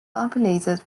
populated